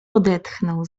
odetchnął